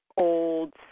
old